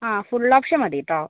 ആ full option മതി കേട്ടോ